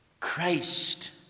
Christ